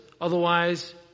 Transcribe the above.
Otherwise